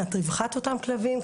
מבחינת רווחת אותם כלבים,